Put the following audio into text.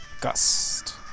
Gust